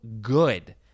good